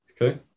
Okay